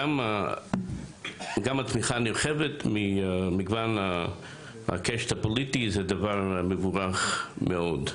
התמיכה הנרחבת ממגוון הקשת הפוליטית זה דבר מבורך מאוד.